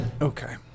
Okay